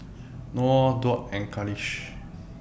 Nor Daud and Khalish